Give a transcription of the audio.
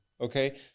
Okay